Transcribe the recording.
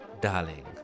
darling